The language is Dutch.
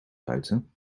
buiten